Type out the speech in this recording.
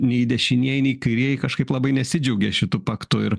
nei dešinieji nei kairieji kažkaip labai nesidžiaugė šitu paktu ir